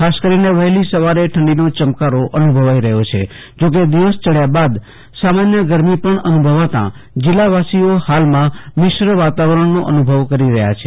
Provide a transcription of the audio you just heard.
ખાસ કરીને વહેલી સવારે ઠંડીનો ચમકારો અનુભવાઈ રહ્યો છે જો કે દિવસ યડયા બાદ સામાન્ય ગરમી પણ અનુભવાતા જિલ્લાવાસીઓ હાલમાં મિશ્ર વાતાવરણનો અનુભવ કરી રહ્યા છે